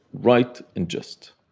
right and just